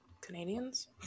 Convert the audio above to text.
Canadians